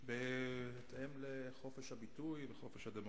קטינים, הטרדות מיניות ושוחד".